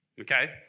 Okay